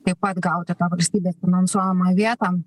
taip pat gauti valstybės finansuojamą vietą